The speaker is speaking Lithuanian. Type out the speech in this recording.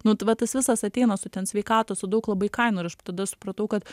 nu tai va tas visas ateina su ten sveikatos su daug labai kainų ir aš tada supratau kad